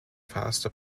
faster